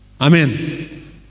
Amen